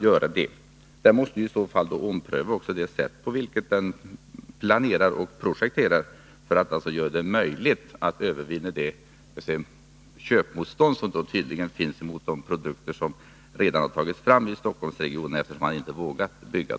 Man måste i så fall också ompröva det sätt på vilket man planerar och projekterar inom regionen, för att göra det möjligt att övervinna det köpmotstånd som tydligen finns mot de produkter som redan har tagits fram i Stockholmsregionen, eftersom man tydligen inte har vågat bygga.